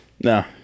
no